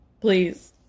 please